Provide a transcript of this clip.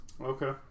Okay